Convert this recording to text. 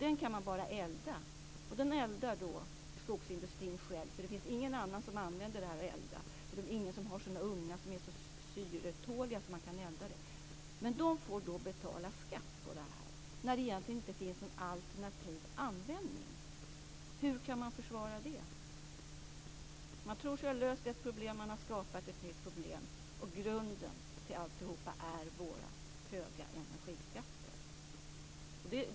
Den kan man bara elda. Skogsindustrin eldar den själv, då ingen annan kan använda den till eldning därför att de inte har ungnar som är så syretåliga att de kan göra det. De får då betala skatt, trots att det egentligen inte finns någon alternativ användning. Hur kan man försvara det? Man tror sig ha löst ett problem, men man har skapat ett nytt. Grunden till alltihop är våra höga energiskatter.